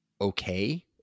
okay